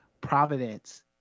Providence